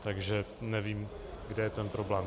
Takže nevím, kde je ten problém.